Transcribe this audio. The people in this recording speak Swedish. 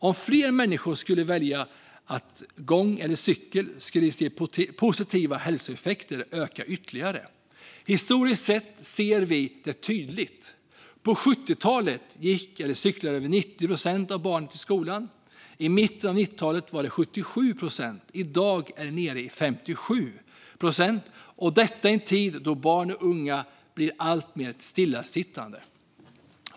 Om fler människor skulle välja gång eller cykel skulle de positiva hälsoeffekterna öka ytterligare. Historiskt ser vi det tydligt. På 70-talet gick eller cyklade över 90 procent av barnen till skolan. I mitten av 90-talet var det 77 procent. I dag är det nere i 57 procent - och detta i en tid då barn och unga blir alltmer stillasittande.